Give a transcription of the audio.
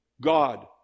God